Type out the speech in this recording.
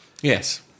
Yes